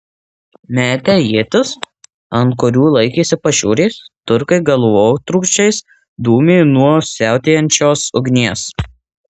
metę ietis ant kurių laikėsi pašiūrės turkai galvotrūkčiais dūmė nuo siautėjančios ugnies